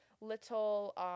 little